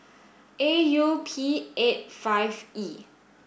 A U P eight five E